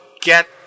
get